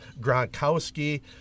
Gronkowski